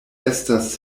estas